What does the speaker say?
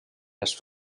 les